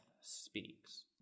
speaks